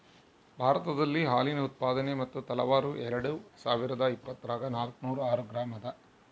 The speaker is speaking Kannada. ಭಾರತದಲ್ಲಿ ಹಾಲಿನ ಉತ್ಪಾದನೆ ಮತ್ತು ತಲಾವಾರು ಎರೆಡುಸಾವಿರಾದ ಇಪ್ಪತ್ತರಾಗ ನಾಲ್ಕುನೂರ ಆರು ಗ್ರಾಂ ಇದ